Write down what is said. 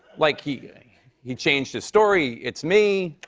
like, he he changed his story. it's me.